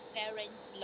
parents